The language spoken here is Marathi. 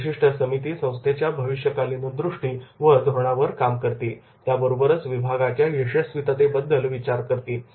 विविध समिती संस्थेच्या भविष्यकालीन दृष्टी व धोरणावर काम करतील त्याबरोबरच विभागाच्या यशस्वीततेबद्दल विचार करतील